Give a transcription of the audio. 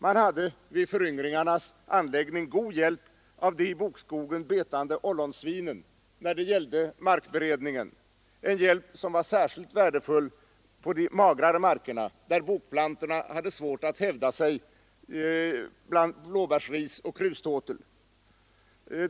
Man hade vid föryngringarnas anläggning god hjälp av de i bokskogen betande ollonsvinen, när det gällde markberedningen, en hjälp som var särskilt värdefull på de magrare markerna, där bokplantorna hade svårt att hävda sig bland blåbärsris och kruståtel.